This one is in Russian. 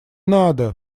надо